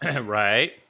Right